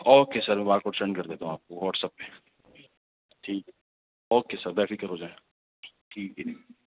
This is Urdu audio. okay sir bar code send کر دیتا ہوں آپ کو واٹس ایپ پہ ٹھیک ہے اوکے سر بے فکر ہو جائیں ٹھیک ہے جی